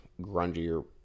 grungier